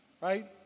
right